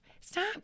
stop